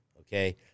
okay